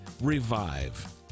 Revive